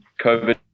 COVID